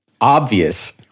obvious